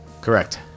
Correct